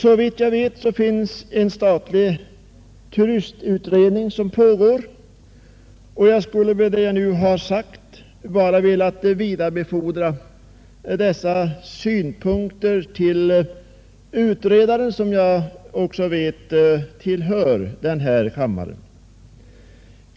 Såvitt jag vet pågår en statlig turistutredning, och jag skulle med vad jag här sagt bara vilja vidarebefordra dessa synpunkter till utredaren, som jag vet tillhör denna kammare.